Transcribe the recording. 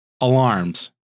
alarms